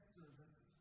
service